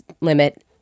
limit